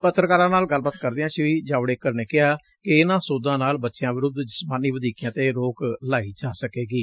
ਪਤਰਕਾਰਾਂ ਨਾਲ ਗੱਲਬਾਤ ਕਰਦਿਆਂ ਸ੍ਰੀ ਜਾਵੜੇਕਰ ਨੇ ਕਿਹਾ ਕਿ ਇਨੁਾਂ ਸੋਧਾਂ ਨਾਲ ਬਚਿਆਂ ਵਿਰੁੱਧ ਜਿਸਮਾਨੀ ਵਧੀਕੀਆਂ ਤੇ ਰੋਕ ਲਾਈ ਜਾ ਸਕੇਗੀ